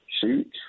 shoot